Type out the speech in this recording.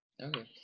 Okay